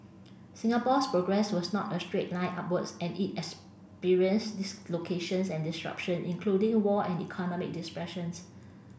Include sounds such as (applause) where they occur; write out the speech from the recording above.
Singapore's progress was not a straight line upwards and it experienced dislocations and disruption including war and economic (unintelligible)